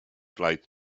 flight